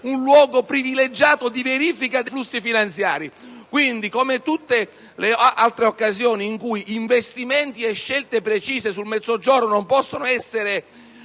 un luogo privilegiato di verifica dei flussi finanziari. Quindi, come in tutte le altre occasioni in cui investimenti e scelte precise sul Mezzogiorno non possono essere